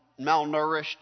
malnourished